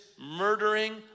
murdering